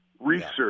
research